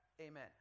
amen